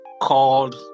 called